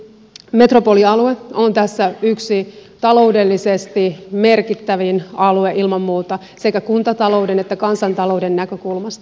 metropolialue on tässä ilman muuta yksi taloudellisesti merkittävimpiä alueita sekä kuntatalouden että kansantalouden näkökulmasta